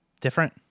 Different